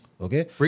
Okay